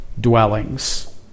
dwellings